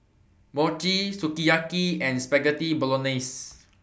Mochi Sukiyaki and Spaghetti Bolognese